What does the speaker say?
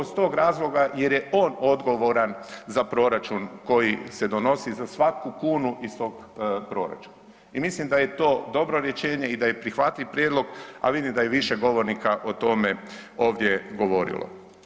iz tog razloga jer je on odgovoran za proračun koji se donosi, za svaku kunu iz tog proračuna i mislim da je to dobro rješenje i da je prihvatljiv prijedlog, a vidim da je i više govornika o tome ovdje govorilo.